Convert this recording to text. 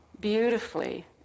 beautifully